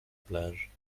plage